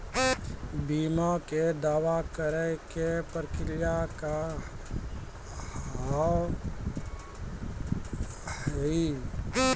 बीमा के दावा करे के प्रक्रिया का हाव हई?